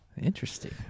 Interesting